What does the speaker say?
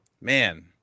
man